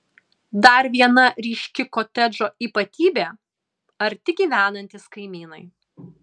dar viena ryški kotedžo ypatybė arti gyvenantys kaimynai